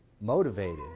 motivated